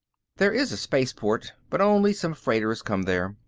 there is a spaceport, but only some freighters come there.